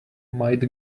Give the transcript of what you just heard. might